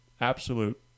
absolute –